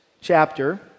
chapter